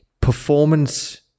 performance